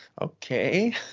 Okay